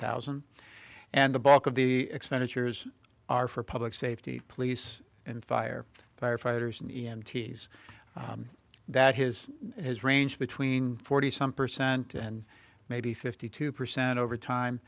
thousand and the bulk of the expenditures are for public safety police and fire firefighters in t's that his has ranged between forty some percent and maybe fifty two percent over